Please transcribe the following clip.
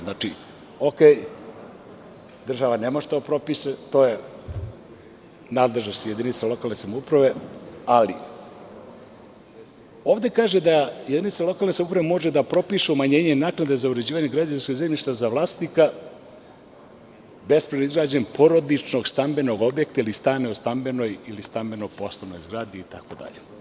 Znači, u redu, država ne može to da propiše, to je nadležnost jedinica lokalne samouprave ali ovde kaže da jedinica lokalne samouprave može da propiše umanjenje naknade za uređenje građevinskog zemljišta za vlasnika bespravno izgrađenog porodičnog stambenog objekta ili stana u stambenoj ili stambeno poslovnoj zgradi itd.